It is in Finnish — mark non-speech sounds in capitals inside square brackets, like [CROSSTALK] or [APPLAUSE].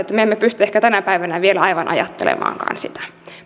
[UNINTELLIGIBLE] että me emme pysty ehkä tänä päivänä vielä aivan ajattelemaankaan sitä